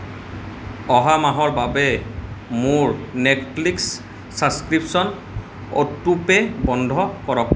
অহা মাহৰ বাবে মোৰ নেটফ্লিক্স ছাবস্ক্ৰিপশ্য়ন অটোপে' বন্ধ কৰক